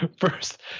First